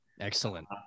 Excellent